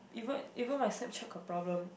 even even my Snapchat got problem